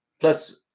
plus